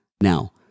Now